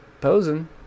posing